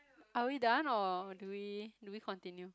are we done or do we do we continue